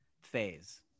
phase